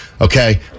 Okay